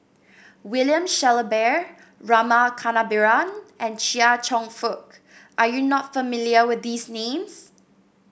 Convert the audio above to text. William Shellabear Rama Kannabiran and Chia Cheong Fook are you not familiar with these names